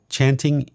Chanting